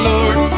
Lord